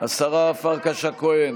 השרה פרקש הכהן,